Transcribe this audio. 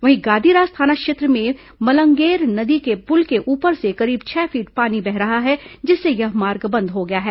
वहीं गादीरास थाना क्षेत्र में मलंगेर नदी के पुल के ऊपर से करीब छह फीट पानी बह रहा है जिससे यह मार्ग बंद हो गया है